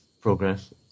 progress